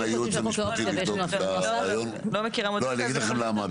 אני אגיד לך למה,